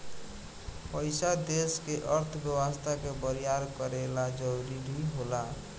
पइसा देश के अर्थव्यवस्था के बरियार करे ला जरुरी होला